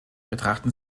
betrachten